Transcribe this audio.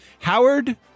Howard